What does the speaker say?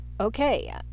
okay